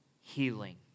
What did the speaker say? healing